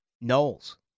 Knowles